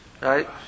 Right